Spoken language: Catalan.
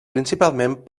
principalment